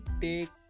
take